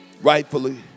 rightfully